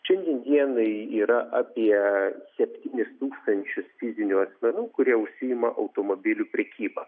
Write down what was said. šiandien dienai yra apie septynis tūkstančius fizinių asmenų kurie užsiima automobilių prekyba